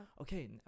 okay